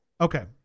Okay